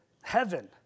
heaven